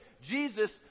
Jesus